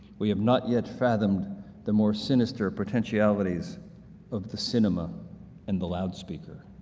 we have not yet fathomed the more sinister potentialities of the cinema and the loudspeaker.